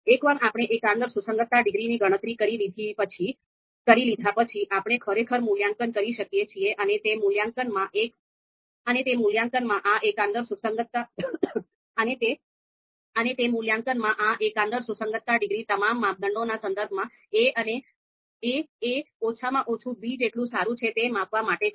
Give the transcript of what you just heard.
એકવાર આપણે એકંદર સુસંગતતા ડિગ્રીની ગણતરી કરી લીધા પછી આપણે ખરેખર મૂલ્યાંકન કરી શકીએ છીએ અને તે મૂલ્યાંકનમાં આ એકંદર સુસંગતતા ડિગ્રી તમામ માપદંડોના સંદર્ભમાં a એ ઓછામાં ઓછું b જેટલું સારું છે તે માપવા માટે છે